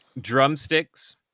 drumsticks